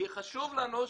חשוב לנו,